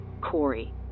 Corey